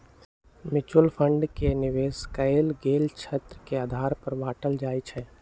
mutual fund के निवेश कएल गेल क्षेत्र के आधार पर बाटल जाइ छइ